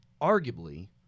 arguably